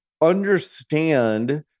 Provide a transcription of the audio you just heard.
understand